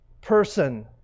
person